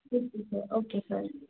okay sir